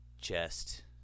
chest